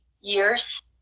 years